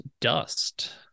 Dust